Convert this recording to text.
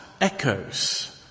echoes